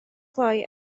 glou